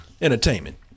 entertainment